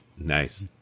Nice